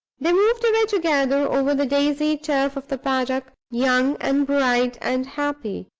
they moved away together over the daisied turf of the paddock, young and bright and happy,